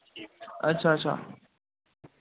अच्छा अच्छा